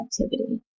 activity